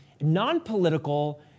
non-political